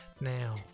Now